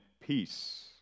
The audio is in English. Peace